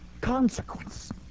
consequence